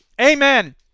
Amen